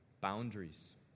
Boundaries